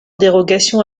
dérogations